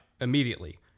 immediately